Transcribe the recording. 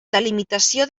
delimitació